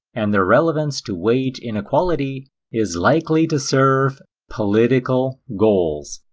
and their relevance to wage inequality is likely to serve political goals,